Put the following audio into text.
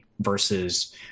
versus